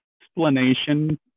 explanation